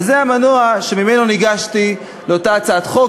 וזה המנוע שממנו ניגשתי לאותה הצעת חוק.